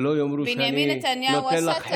שלא יאמרו שאני נוטה לך חסד.